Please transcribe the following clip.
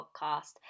podcast